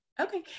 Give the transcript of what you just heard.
Okay